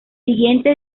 siguiente